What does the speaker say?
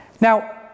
Now